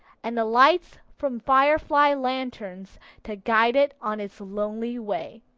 and the lights from firefly lanterns to guide it on its lonely way.